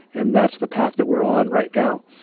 and that's the path that we're on right now